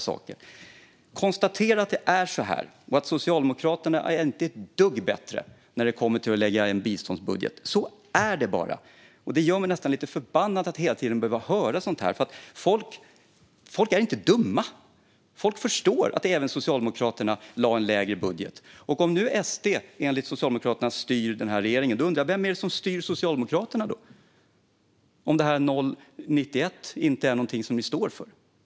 Konstatera i stället att det är så här och att Socialdemokraterna inte är ett dugg bättre när det kommer till att lägga en biståndsbudget! Så är det bara, och det gör mig nästan lite förbannad att hela tiden behöva höra sådant här. Folk är inte dumma. Folk förstår att även Socialdemokraterna lade en lägre budget. Och om nu SD, enligt Socialdemokraterna, styr den här regeringen undrar jag vem det är som styr Socialdemokraterna, om siffran 0,91 inte är någonting ni står för.